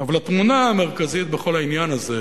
אבל התמונה המרכזית בכל העניין הזה,